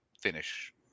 finish